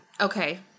Okay